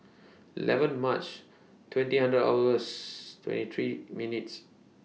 eleven March twenty hundred hours twenty three minutes